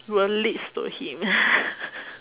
will leads to him